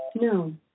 No